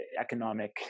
economic